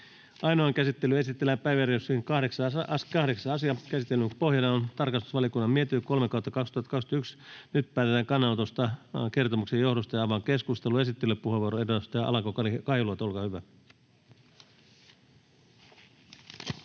Ainoaan käsittelyyn esitellään päiväjärjestyksen 9. asia. Käsittelyn pohjana on tarkastusvaliokunnan mietintö TrVM 4/2021 vp. Nyt päätetään kannanotosta kertomuksen johdosta. — Avaan keskustelun. Esittelypuheenvuoro, edustaja Alanko-Kahiluoto, olkaa hyvä.